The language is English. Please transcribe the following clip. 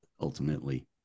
ultimately